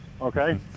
Okay